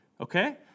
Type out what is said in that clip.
Okay